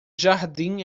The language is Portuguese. jardim